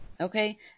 Okay